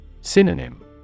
Synonym